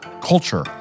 culture